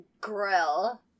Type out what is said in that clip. Grill